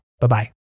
Bye-bye